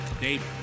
Dave